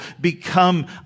become